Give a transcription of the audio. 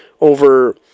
over